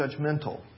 judgmental